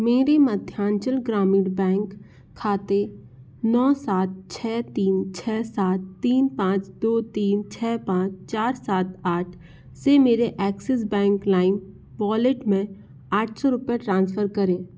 मेरे मध्यांचल ग्रामीण बैंक खाते नौ सात छः तीन छः सात तीन पाँच दो तीन छः पाँच चार सात आठ से मेरे एक्सिस बैंक लाइम वॉलेट में आठ सौ रुपये ट्रांसफ़र करें